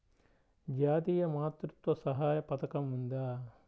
జాతీయ మాతృత్వ సహాయ పథకం ఉందా?